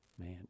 man